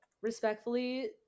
respectfully